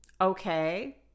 Okay